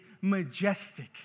majestic